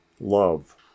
love